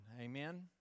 Amen